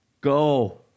Go